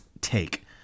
take